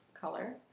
color